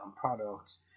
products